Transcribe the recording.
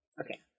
Okay